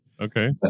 Okay